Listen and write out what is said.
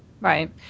Right